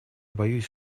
боюсь